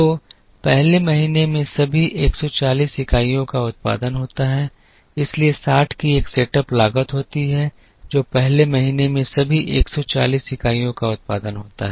तो पहले महीने में सभी 140 इकाइयों का उत्पादन होता है इसलिए 60 की एक सेटअप लागत होती है जो पहले महीने में सभी 140 इकाइयों का उत्पादन होता है